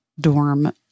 dorm